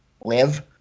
live